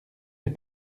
des